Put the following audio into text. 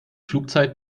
flugzeit